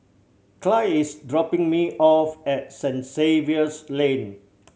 Clide is dropping me off at Saint Xavier's Lane